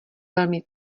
velmi